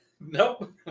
Nope